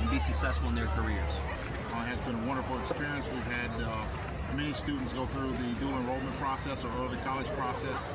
and be successful in their careers. it has been a wonderful experience. we've had many students go through the dual enrollment process, or early college process,